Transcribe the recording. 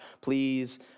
please